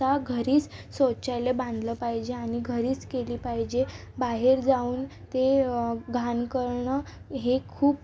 ता घरीच शौचालय बांधलं पाहिजे आणि घरीच केली पाहिजे बाहेर जाऊन ते घाण करनं हे खूप